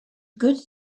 good